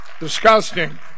Disgusting